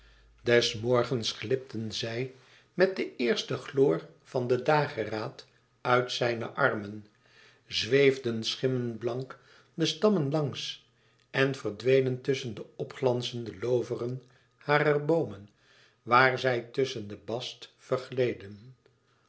des morgens glipten zij met den eersten gloor van de dageraad uit zijne armen zweefden schimmenblank de stammen langs en verdwenen tusschen de opglanzende looveren harer boomen waar zij tusschen de bast